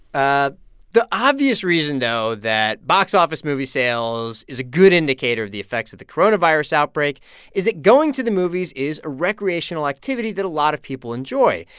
ah the obvious reason, though, that box office movie sales is a good indicator of the effects of the coronavirus outbreak is that going to the movies is a recreational activity that a lot of people enjoy.